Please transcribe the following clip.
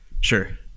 Sure